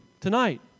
tonight